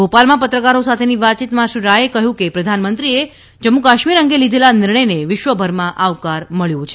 ભોપાલમાં પત્રકારો સાથેની વાતયીતમાં શ્રી રાથે કહ્યું કે પ્રધાનમંત્રીએ જમ્મુ કાશ્મીર અંગે લીધેલા નિર્ણયને વિશ્વભરમાં આવકાર મબ્યો છે